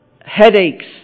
headaches